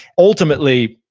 ultimately,